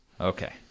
Okay